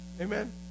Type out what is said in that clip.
amen